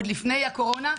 עוד לפני הקורונה,